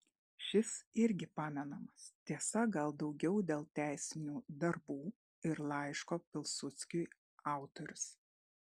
šis irgi pamenamas tiesa gal daugiau dėl teisinių darbų ir laiško pilsudskiui autorius